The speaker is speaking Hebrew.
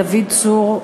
דוד צור,